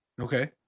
Okay